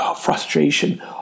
frustration